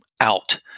out